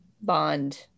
bond